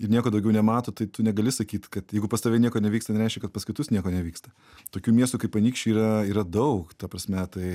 ir nieko daugiau nemato tai tu negali sakyt kad jeigu pas tave nieko nevyksta nereiškia kad pas kitus nieko nevyksta tokių miestų kaip anykščiai yra yra daug ta prasme tai